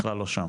בכלל לא שם?